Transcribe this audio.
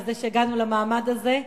על זה שהגענו למעמד הזה,